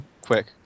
quick